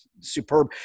superb